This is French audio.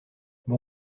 bon